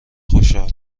خوشحال